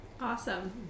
Awesome